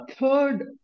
Third